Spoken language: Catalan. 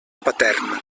paterna